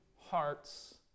hearts